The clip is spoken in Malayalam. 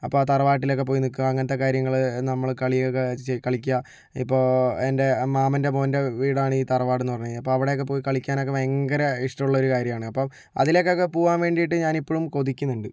അപ്പോൾ ആ തറവാട്ടിലൊക്കെ പോയി നിൽക്കുക അങ്ങനത്ത കാര്യങ്ങൾ നമ്മള് കളിയാക്കുക കളിക്കുക ഇപ്പോൾ എൻ്റെ മാമൻ്റെ മോൻ്റെ വീടാണ് ഈ തറവാടെന്ന് പറഞ്ഞു കഴിഞ്ഞാൽ അപ്പോൾ അവിടെയൊക്കെ പോയി കളിക്കാനൊക്കെ ഭയങ്കര ഇഷ്ടമുള്ള ഒരു കാര്യമാണ് അപ്പോൾ അതിലേക്കൊക്കെ പോവാൻ വേണ്ടിയിട്ട് ഞാൻ ഇപ്പോഴും കൊതിക്കുന്നുണ്ട്